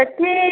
ସେଠି